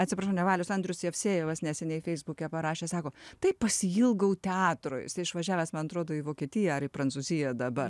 atsiprašau ne valius andrius jevsejevas neseniai feisbuke parašė sako taip pasiilgau teatro jisai išvažiavęs man atrodo į vokietiją ar į prancūziją dabar